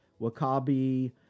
wakabi